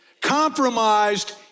compromised